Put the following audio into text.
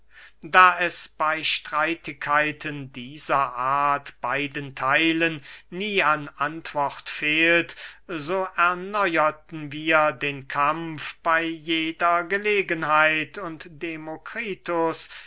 da es bey streitigkeiten dieser art beiden theilen nie an antwort fehlt so erneuerten wir den kampf bey jeder gelegenheit und demokritus